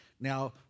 Now